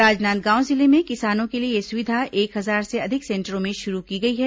राजनांदगांव जिले में किसानों के लिए यह सुविधा एक हजार से अधिक सेंटरों में शुरू की गई है